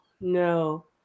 no